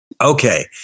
Okay